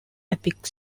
epic